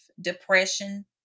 depression